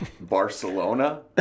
Barcelona